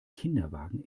kinderwagen